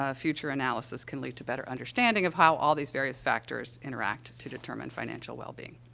ah future analysis can lead to better understanding of how all these various factors interact to determine financial wellbeing.